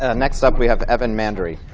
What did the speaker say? ah next up, we have evan mandery.